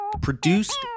Produced